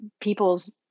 people's